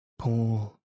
Poor